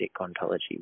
ontology